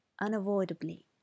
unavoidably